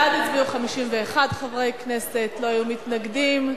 בעד הצביעו 51 חברי כנסת, לא היו מתנגדים,